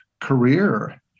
career